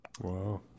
Wow